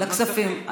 לכספים.